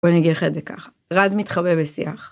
בוא נגיד לך את זה ככה. רז מתחבא בשיח.